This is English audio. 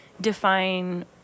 define